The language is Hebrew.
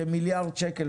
כמיליארד שקלים,